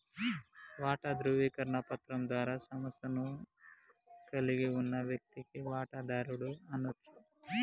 వాటా ధృవీకరణ పత్రం ద్వారా సంస్థను కలిగి ఉన్న వ్యక్తిని వాటాదారుడు అనచ్చు